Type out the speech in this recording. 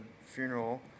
funeral